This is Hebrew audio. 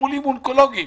לטיפולים אונקולוגיים,